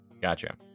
Gotcha